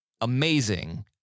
amazing